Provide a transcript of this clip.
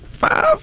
Five